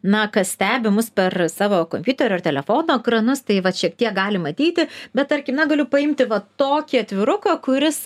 na kas stebi mus per savo kompiuterio ar telefono ekranus taip pat šiek tiek gali matyti bet tarkim na galiu paimti va tokį atviruką kuris